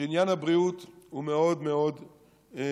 שעניין הבריאות הוא מאוד מאוד חשוב.